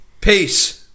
Peace